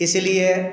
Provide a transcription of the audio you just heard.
इसलिए